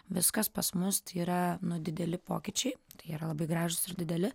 viskas pas mus tai yra nu dideli pokyčiai jie yra labai gražūs ir dideli